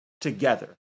together